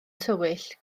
tywyll